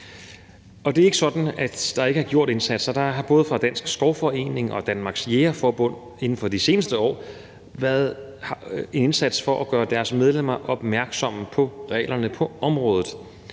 det er ikke sådan, at der ikke er blevet gjort indsatser. Der har både fra Dansk Skovforening og Danmarks Jægerforbunds side inden for de seneste år været en indsats for at gøre deres medlemmer opmærksomme på reglerne på området,